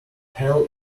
hell